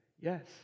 yes